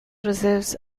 reserves